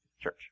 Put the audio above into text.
church